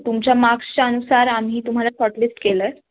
तुमच्या मार्क्सच्या अनुसार आम्ही तुम्हाला शॉर्टलिस्ट केलं आहे